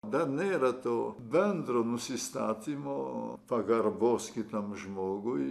dar nėra to bendro nusistatymo pagarbos kitam žmogui